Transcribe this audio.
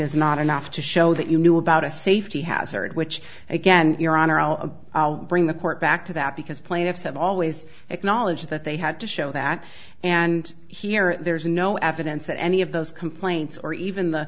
is not enough to show that you knew about a safety hazard which again your honor i'll bring the court back to that because plaintiffs have always acknowledged that they had to show that and here there's no evidence that any of those complaints or even the